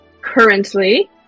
currently